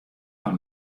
foar